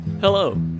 Hello